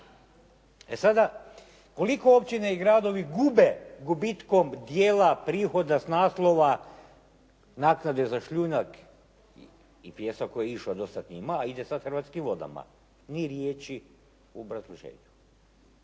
E sada, koliko općine i gradovi gube gubitkom dijela prihoda s naslova naknade za šljunak i pijesak koji je išao do sad ima, a ide sad Hrvatskim vodama. Ni riječi u obrazloženju.